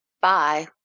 Bye